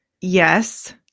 Yes